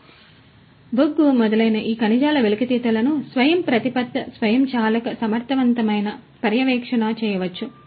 కాబట్టి బొగ్గు మొదలైన ఈ ఖనిజాల వెలికితీతలను స్వయంప్రతిపత్త స్వయంచాలక సమర్థవంతమైన పర్యవేక్షణ చేయవచ్చు